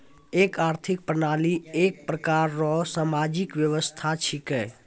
एक आर्थिक प्रणाली एक प्रकार रो सामाजिक व्यवस्था छिकै